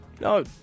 No